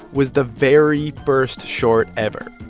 was the very first short ever.